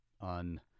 on